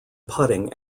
putting